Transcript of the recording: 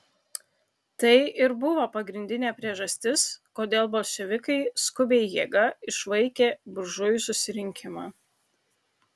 tai ir buvo pagrindinė priežastis kodėl bolševikai skubiai jėga išvaikė buržujų susirinkimą